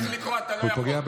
לא, אתה צריך לקרוא, אתה לא יכול.